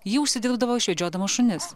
ji užsidirbdavo išvedžiodama šunis